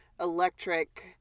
electric